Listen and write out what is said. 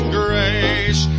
grace